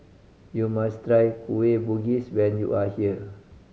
you must try Kueh Bugis when you are here